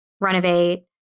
renovate